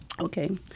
Okay